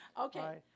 okay